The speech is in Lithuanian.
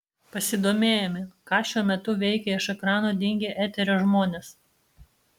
pasidomėjome ką šiuo metu veikia iš ekrano dingę eterio žmonės